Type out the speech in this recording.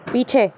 पीछे